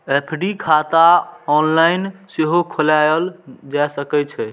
FD खाता online सेहो खोलाएल जा सकै छै